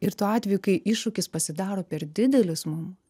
ir tuo atveju kai iššūkis pasidaro per didelis mum